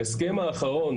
בהסכם האחרון,